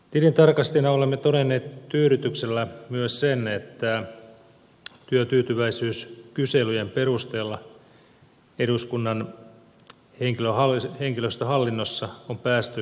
tilintarkastajina olemme todenneet tyydytyksellä myös sen että työtyytyväisyyskyselyjen perusteella eduskunnan henkilöstöhallinnossa on päästy eteenpäin